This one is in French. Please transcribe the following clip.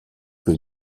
que